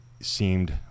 seemed